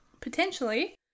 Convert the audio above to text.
Potentially